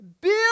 Build